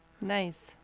Nice